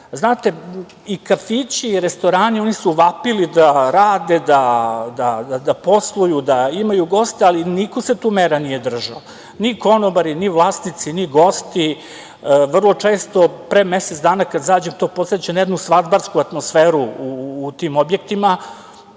Znate, kafići i restorani, oni su vapili da rade, da posluju, da imaju goste, ali niko se tu mera nije držao, ni konobari, ni vlasnici, ni gosti. Vrlo često, pre mesec dana, kad zađem, to podseća na jednu svadbarsku atmosferu u tim objektima,